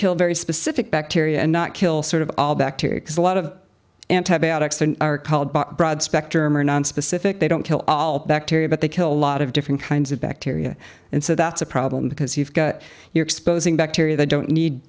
kill very specific bacteria and not kill sort of all bacteria because a lot of antibiotics are called broad spectrum or nonspecific they don't kill all bacteria but they kill a lot of different kinds of bacteria and so that's a problem because you've got you're exposing bacteria that don't need